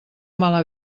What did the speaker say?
mala